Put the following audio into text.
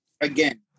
again